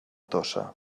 tossa